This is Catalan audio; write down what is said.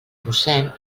mossén